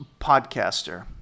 podcaster